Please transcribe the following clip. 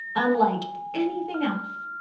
unlike anything else.